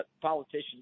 politicians